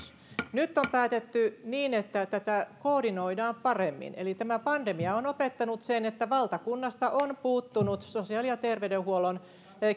nyt on päätetty että tätä koordinoidaan paremmin eli tämä pandemia on opettanut sen että valtakunnasta on puuttunut sosiaali ja terveydenhuollon